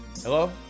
Hello